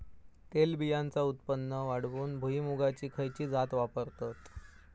तेलबियांचा उत्पन्न वाढवूक भुईमूगाची खयची जात वापरतत?